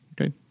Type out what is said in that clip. Okay